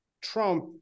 Trump